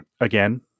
Again